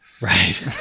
Right